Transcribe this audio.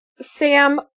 Sam